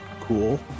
cool